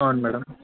అవును మ్యాడమ్